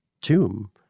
tomb